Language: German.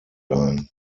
ein